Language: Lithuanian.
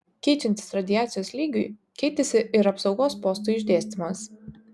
keičiantis radiacijos lygiui keitėsi ir apsaugos postų išdėstymas